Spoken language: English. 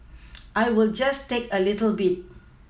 I will just take a little bit